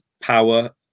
power